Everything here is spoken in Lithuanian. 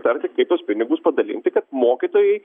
dar tiktai tuos pinigus padalinti kad mokytojai